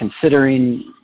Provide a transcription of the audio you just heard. considering